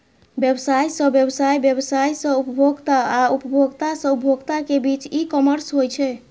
व्यवसाय सं व्यवसाय, व्यवसाय सं उपभोक्ता आ उपभोक्ता सं उपभोक्ता के बीच ई कॉमर्स होइ छै